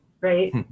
right